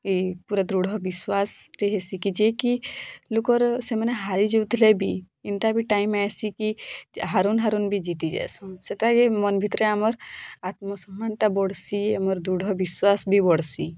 ଏ ପୁରା ଦୃଢ଼ ବିଶ୍ୱାସ ଟେ ହେସି କି ଯେ କି ଲୁକର ସେମାନେ ହାରି ଯାଉ ଥିଲେ ବି ଇନ୍ତା ବି ଟାଇମ୍ ଆସ୍ଛି କି ହାରୁନ୍ ହାରୁନ୍ ଜିତି ଯାସୁନ୍ ସେଟା କି ମନ୍ ଭିତର୍ ଆମର୍ ଆତ୍ମ ସମ୍ମାନଟା ବଢ଼୍ସି ଆଉ ଆମର୍ ଦୃଢ଼ ବିଶ୍ୱାସ ବି ବଢ଼୍ସି